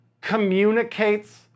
communicates